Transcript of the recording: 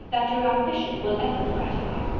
that your ambition will ever be gratified.